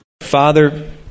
Father